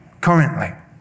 currently